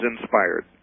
inspired